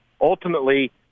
ultimately –